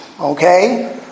okay